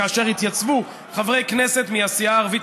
כאשר התייצבו חברי כנסת מהסיעה הערבית,